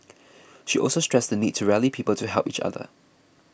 she also stressed the need to rally people to help each other